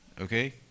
okay